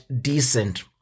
decent